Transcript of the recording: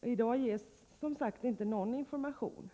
I dag ges det, som jag sagt, inte någon information.